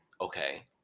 Okay